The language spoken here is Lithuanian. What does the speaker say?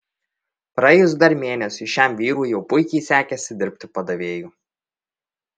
praėjus dar mėnesiui šiam vyrui jau puikiai sekėsi dirbti padavėju